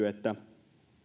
että